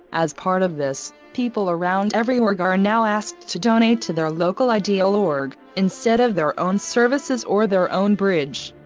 as part of this, people around every org are now asked to donate to their local ideal org, instead of their own services or their own bridge.